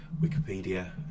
Wikipedia